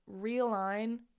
realign